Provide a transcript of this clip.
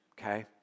Okay